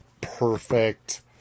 perfect